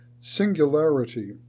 singularity